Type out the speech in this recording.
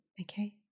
Okay